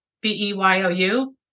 B-E-Y-O-U